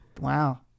Wow